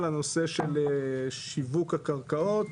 לנושא של שיווק הקרקעות.